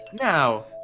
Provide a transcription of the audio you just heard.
Now